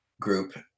group